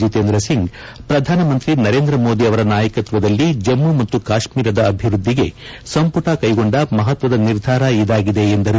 ಜಿತೇಂದ್ರ ಸಿಂಗ್ ಪ್ರಧಾನಮಂತ್ರಿ ನರೇಂದ್ರ ಮೋದಿ ಅವರ ನಾಯಕತ್ವದಲ್ಲಿ ಜಮ್ಮ ಮತ್ತು ಕಾಶ್ಮೀರದ ಅಭಿವೃದ್ಧಿಗೆ ಸಂಪುಟ ಕೈಗೊಂಡ ಮಹತ್ವದ ನಿರ್ಧಾರ ಇದಾಗಿದೆ ಎಂದರು